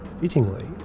Fittingly